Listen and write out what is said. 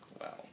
Wow